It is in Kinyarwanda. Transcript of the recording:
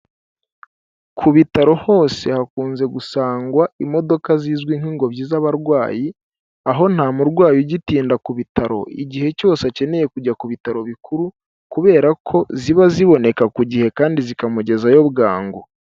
Ku bitaro hose hakunze gusangwa imodoka zizwi nk'ingobyi z'abarwayi, aho nta murwayi ujya ugitinda ku bitaro, igihe cyose akeneye kujya ku bitaro bikuru, kubera ko ziba ziboneka ku gihe kandi zikamugezayo bwangu.